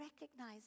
recognize